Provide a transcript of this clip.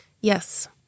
Yes